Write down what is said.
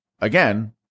Again